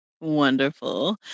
Wonderful